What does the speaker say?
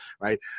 Right